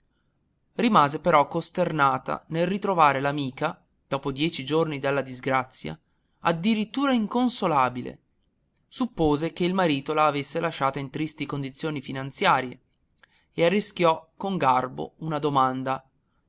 rimase però costernata nel ritrovare l'amica dopo dieci giorni dalla disgrazia addirittura inconsolabile suppose che il marito la avesse lasciata in tristi condizioni finanziarie e arrischiò con garbo una domanda